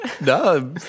No